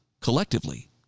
collectively